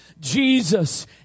Jesus